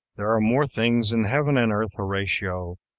there are more things in heaven and earth, horatio,